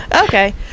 Okay